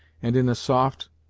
and in a soft,